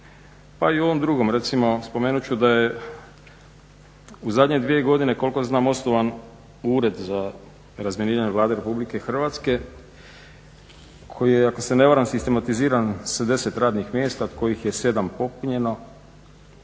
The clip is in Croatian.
pa i u ovom drugom, recimo spomenut ću da je u zadnje dvije godine koliko znam osnovan Ured za razminiranje Vlade RH koji je ako se ne varam sistematiziran sa 10 radnih mjesta od kojih je 7 popunjeno